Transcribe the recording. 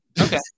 Okay